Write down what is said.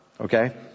Okay